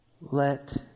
Let